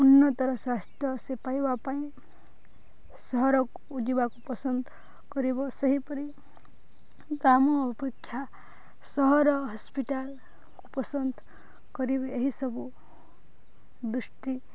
ଉନ୍ନତର ସ୍ୱାସ୍ଥ୍ୟ ସେ ପାଇବା ପାଇଁ ସହରକୁ ଯିବାକୁ ପସନ୍ଦ କରିବ ସେହିପରି ଗ୍ରାମ ଅପେକ୍ଷା ସହର ହସ୍ପିଟାଲକୁ ପସନ୍ଦ କରିବେ ଏହିସବୁ ଦୃଷ୍ଟି